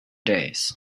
days